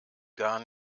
gar